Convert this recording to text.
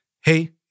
Hey